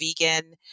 Vegan